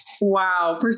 Wow